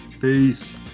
Peace